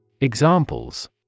Examples